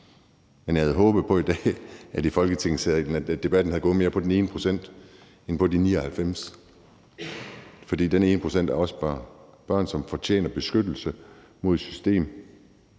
men jeg havde håbet på i dag, at debatten i Folketingssalen havde gået mere på den ene procent end på de 99 pct., for den ene procent er også børn – børn, som fortjener beskyttelse mod et system,